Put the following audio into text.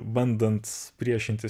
bandant priešintis